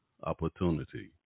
opportunity